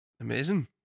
Amazing